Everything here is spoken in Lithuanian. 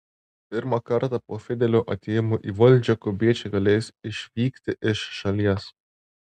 pirmą kartą po fidelio atėjimo į valdžią kubiečiai galės išvykti iš šalies